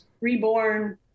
reborn